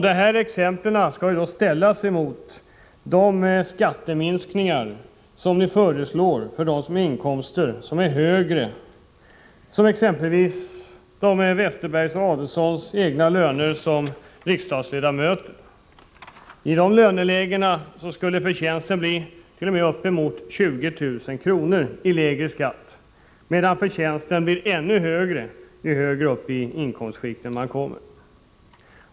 Dessa exempel på skatteminskningar skall ställas mot de skatteminskningar som ni föreslår på högre inkomster, exempelvis Bengt Westerbergs och Ulf Adelsohns egna löner som riksdagsledamöter. I dessa lönelägen skulle förtjänsten bli uppemot 20 000 kr. i form av lägre skatt. Förtjänsten blir ännu större ju högre upp i inkomstskikten man kommer.